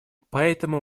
поэтому